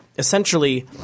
Essentially